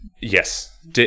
Yes